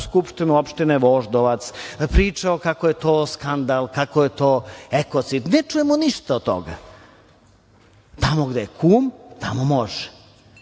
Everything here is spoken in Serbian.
Skupštinu opštine Voždovac, pričao kako je to skandal, kako je to ekocid. Ne čujemo ništa od toga. Tamo gde je kum tamo može,